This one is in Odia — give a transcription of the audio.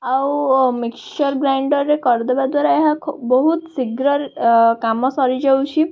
ଆଉ ମିକଶ୍ଚର୍ ଗ୍ରାଇଣ୍ଡର୍ ରେ କରିଦେବା ଦ୍ଵାରା ଏହା ଖୁବ୍ ବହୁତ ଶୀଘ୍ର କାମ ସରିଯାଉଛି